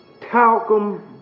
talcum